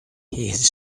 his